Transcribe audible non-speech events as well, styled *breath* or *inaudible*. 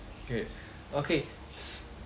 okay *breath* okay